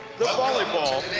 the volleyball